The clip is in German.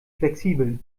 flexibel